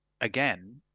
again